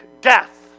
death